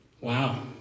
Wow